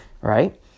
right